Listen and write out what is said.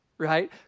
right